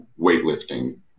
weightlifting